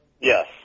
Yes